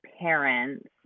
parents